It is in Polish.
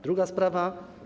Druga sprawa.